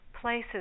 places